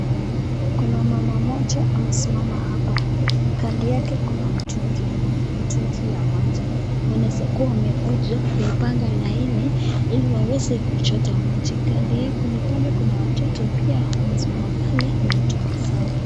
Kuna mama mmoja amesimama hapa, kando yake kuna mtungi ya maji, wanaeza kuwa wamekuja kuipanga laini ili waweze kuichota maji, kando yao kuna pale watoto pia wamesimama pale na mitungi zao.